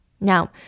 Now